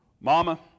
Mama